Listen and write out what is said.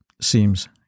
seems